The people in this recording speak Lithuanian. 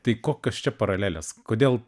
tai kokios čia paralelės kodėl